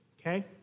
okay